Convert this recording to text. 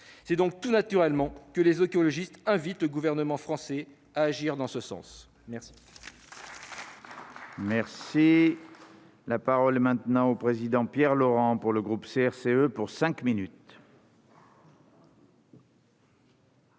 C'est donc tout naturellement que les écologistes invitent le Gouvernement français à agir en ce sens. Très